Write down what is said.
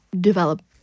develop